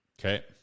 Okay